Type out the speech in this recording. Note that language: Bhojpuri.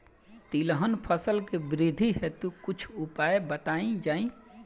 तिलहन फसल के वृद्धी हेतु कुछ उपाय बताई जाई?